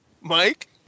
Mike